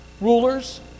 Rulers